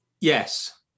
yes